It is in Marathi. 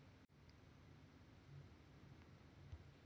अरबी भाजीची पाने खूप मोठी असतात